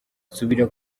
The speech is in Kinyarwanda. nsubira